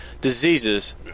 diseases